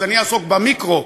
אז אני אעסוק במיקרו,